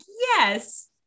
yes